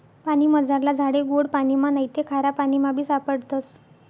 पानीमझारला झाडे गोड पाणिमा नैते खारापाणीमाबी सापडतस